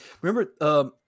remember